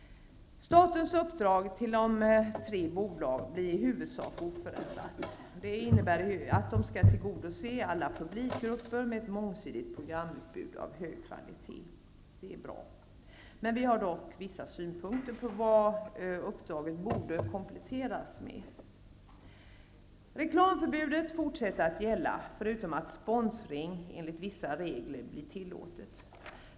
Statens uppdrag till de tre bolagen blir i huvudsak oförändrat. Det innebär att bolagen skall tillgodose alla publikgrupper med ett mångsidigt programutbud av hög kvalitet. Vi har dock vissa synpunkter på vad uppdraget borde kompletteras med. Reklamförbudet skall fortsätta att gälla, förutom att sponsring enligt vissa regler blir tillåtet.